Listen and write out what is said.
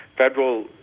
federal